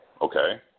Okay